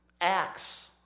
acts